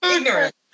ignorant